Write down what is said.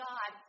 God